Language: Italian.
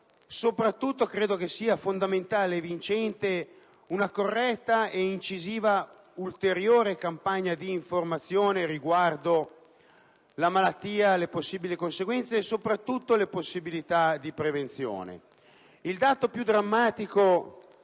Soprattutto, credo sia fondamentale e vincente una corretta ed incisiva ulteriore campagna di informazione riguardo alla malattia e alle possibili conseguenze e, ancor più, alle possibilità di prevenzione. Il dato più drammatico